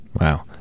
Wow